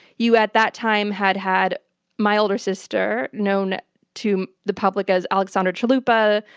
you at that time had had my older sister, known to the public as alexandra chalupa,